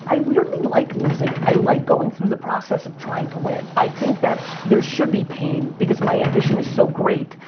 i weirdly like losing. i like going through the process of trying to win. i think that there should be pain, because my ambition is so great,